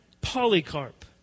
Polycarp